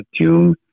tune